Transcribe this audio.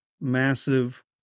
massive